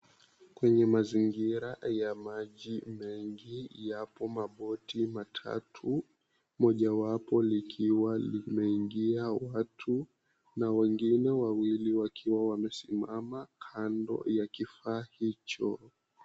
Kwenye mazingira ya maji mengi yapo maboti matatu mojawapo likiwa limeingia watu na wengine wawili wakiwa wamesimama kando ya kifaa hicho.